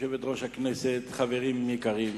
אני מבקש להסיר את ההצעות מסדר-היום.